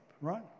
right